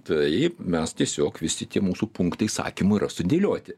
tai mes tiesiog visi tie mūsų punktai įsakymų yra sudėlioti